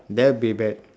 that will be